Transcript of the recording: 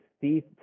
see